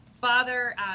father